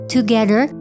Together